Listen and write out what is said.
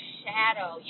shadow